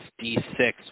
D6